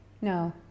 No